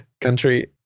country